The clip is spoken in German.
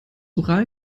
ural